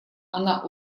она